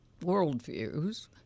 worldviews